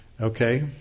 Okay